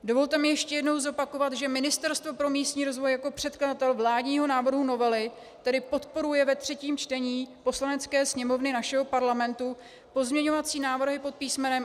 Dovolte mi ještě jednou zopakovat, že Ministerstvo pro místní rozvoj jako předkladatel vládního návrhu novely tedy podporuje ve třetím čtení Poslanecké sněmovny našeho Parlamentu pozměňovací návrhy pod písm.